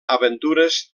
aventures